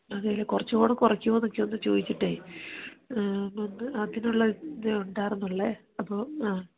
അതെയല്ലേ കുറച്ചു കൂടെ കുറയ്ക്കുമോന്ന് ഒക്കെ ഒന്ന് ചോദിച്ചിട്ടെ ഒന്ന് അതിനുള്ള ഇതെ ഉണ്ടായിരുന്നുള്ളൂ അപ്പോൾ ആ